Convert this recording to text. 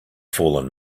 fallen